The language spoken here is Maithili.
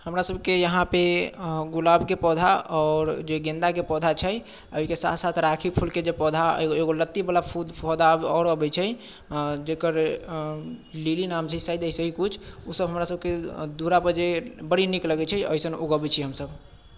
हमरासभके यहाँपर गुलाबके पौधा आओर जे गेन्दाके पौधा छै एहिके साथ साथ राखी फूलके जे पौधा एक एगो लत्तीवला जे फूल पौधा आओर अबैत छै जकर लिली नाम छै शायद ऐसे ही किछु ओसभ हमरासभके दूरापर जे बड़ी नीक लगैत छै अइसन उगबैत छी हमसभ